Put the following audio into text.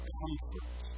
comfort